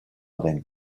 vain